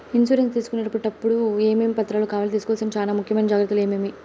Insurance తీసుకునేటప్పుడు టప్పుడు ఏమేమి పత్రాలు కావాలి? తీసుకోవాల్సిన చానా ముఖ్యమైన జాగ్రత్తలు ఏమేమి?